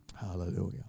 hallelujah